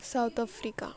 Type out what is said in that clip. South Africa